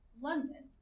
London